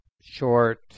short